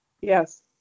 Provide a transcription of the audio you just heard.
Yes